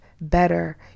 better